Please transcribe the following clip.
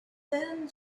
then